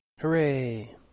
Hooray